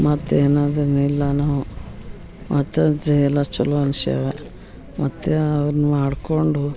ಮತ್ತೇನಾದರೂ ನಿಲ್ಲನೋ ಮತ್ತು ಅದು ಎಲ್ಲ ಚಲೋ ಅನ್ಸ್ಯಾವ ಮತ್ತೇನಾದ್ರೂ ಮಾಡಿಕೊಂಡು